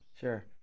Sure